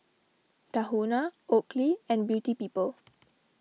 Tahuna Oakley and Beauty People